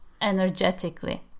energetically